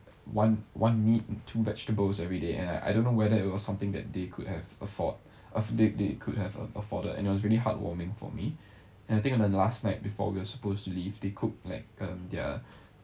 one one meat and two vegetables every day and I don't know whether it was something that they could have afford of they they could have afforded and it was really heartwarming for me and I think on the last night before we were supposed to leave they cook like um their